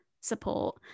support